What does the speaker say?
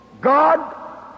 God